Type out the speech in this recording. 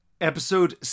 Episode